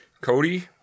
Cody